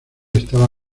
estaba